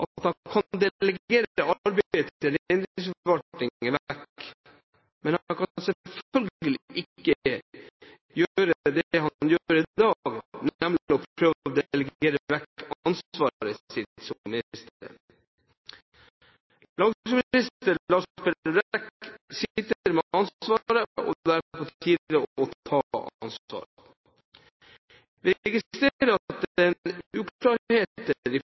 han kan delegere vekk arbeidet til Reindriftsforvaltningen, men han kan selvfølgelig ikke gjøre det han gjør i dag, nemlig å prøve å delegere vekk ansvaret sitt som minister. Landbruksminister Lars Peder Brekk sitter med ansvaret, og da er det på tide å ta ansvar. Vi registrerer at